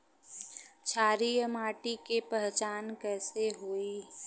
क्षारीय माटी के पहचान कैसे होई?